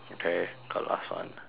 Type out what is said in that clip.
okay got last one